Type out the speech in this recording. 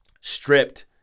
stripped